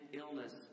illness